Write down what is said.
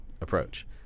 approach